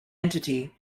entity